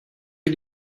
ele